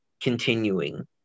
continuing